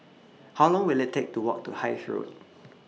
How Long Will IT Take to Walk to Hythe Road